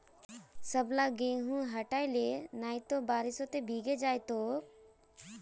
सबला गेहूं हटई ले नइ त बारिशत भीगे जई तोक